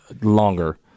Longer